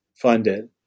funded